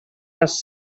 les